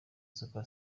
super